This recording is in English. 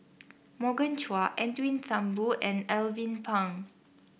Morgan Chua Edwin Thumboo and Alvin Pang